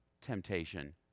temptation